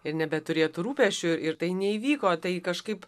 ir nebeturėtų rūpesčių ir tai neįvyko tai kažkaip